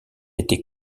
été